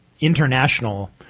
international